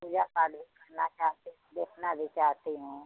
पूजा पाठ देखना चाहती देखना भी चाहती हूँ